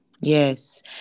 Yes